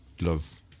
love